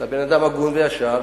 אתה אדם הגון וישר.